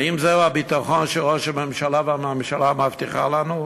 האם זה הביטחון שראש הממשלה והממשלה מבטיחים לנו?